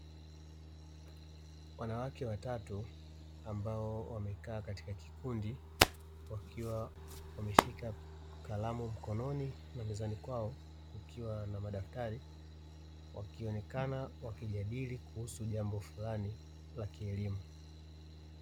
Wanawake watatu ambao wamekaa katika kikundi, wakiwa wameshika kalamu mkononi na mezani kwao kukiwa na madaftari, wakionekana wakijadili kuhusu jambo fulani la kielimu.